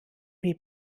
wie